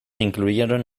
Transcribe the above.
incluyeron